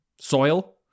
soil